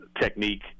technique